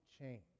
change